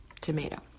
tomato